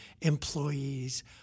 employees